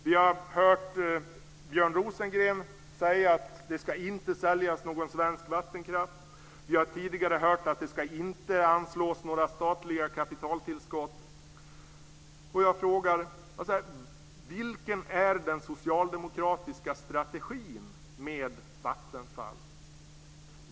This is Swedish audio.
Vi har hört Björn Rosengren säga att det inte ska säljas någon svensk vattenkraft. Vi har tidigare hört att det inte ska anslås några statliga kapitaltillskott. Vilken är den socialdemokratiska strategin med Vattenfall?